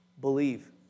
believe